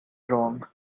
wrong